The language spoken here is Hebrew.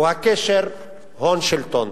הוא הקשר הון שלטון.